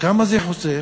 כמה זה חוסך?